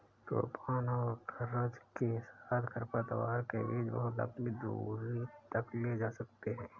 तूफान और गरज के साथ खरपतवार के बीज बहुत लंबी दूरी तक ले जा सकते हैं